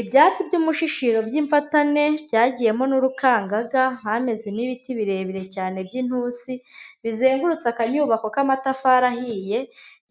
Ibyatsi by'umushishi by'imfatane byagiyemo n'urukangaga hameze n'ibiti birebire cyane by'intusi bizengurutse akanyubako k'amatafari ahiye